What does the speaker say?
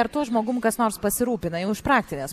ar tuo žmogum kas nors pasirūpina jau iš praktinės